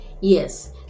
yes